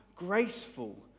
graceful